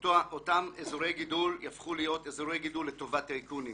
אותם אזורי גידול יהפכו להיות אזורי גידול לטובת טייקונים.